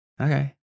Okay